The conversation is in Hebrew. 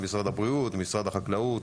משרד הבריאות ומשרד החקלאות.